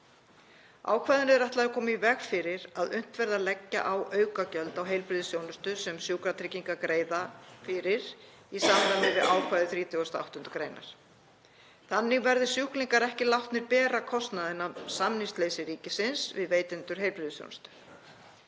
Ákvæðinu er ætlað að koma í veg fyrir að unnt verði að leggja á aukagjöld á heilbrigðisþjónustu sem Sjúkratryggingar greiða fyrir í samræmi við ákvæði 38. gr. Þannig verði sjúklingar ekki látnir bera kostnaðinn af samningsleysi ríkisins við veitendur heilbrigðisþjónustu.